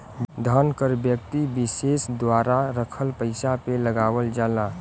धन कर व्यक्ति विसेस द्वारा रखल पइसा पे लगावल जाला